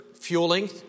fueling